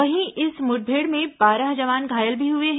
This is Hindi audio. वहीं इस मुठभेड़ में बारह जवान घायल भी हुए हैं